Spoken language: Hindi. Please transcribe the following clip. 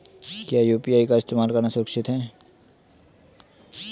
क्या यू.पी.आई का इस्तेमाल करना सुरक्षित है?